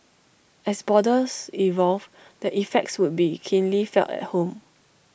as borders evolve the effects would be keenly felt at home